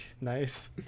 nice